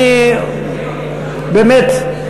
באמת,